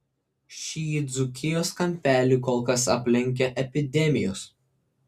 šį dzūkijos kampelį kol kas aplenkia epidemijos